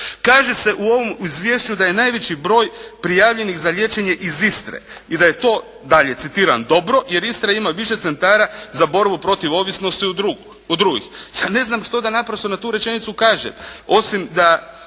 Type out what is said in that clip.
Kaže se u ovom izvješću da je najveći broj prijavljenih za liječenje iz Istre i da je to dalje citiram, dobro jer Istra ima više centara za borbu protiv ovisnosti od drugih. Ja ne znam što da naprosto na tu rečenicu kažem osim da